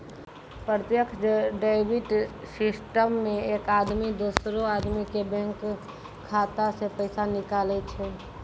प्रत्यक्ष debit system मे एक आदमी दोसरो आदमी के बैंक खाता से पैसा निकाले छै